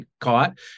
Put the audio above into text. caught